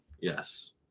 Yes